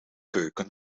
keuken